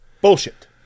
bullshit